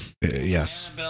Yes